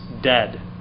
dead